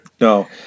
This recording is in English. No